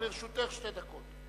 גם לרשותך שתי דקות.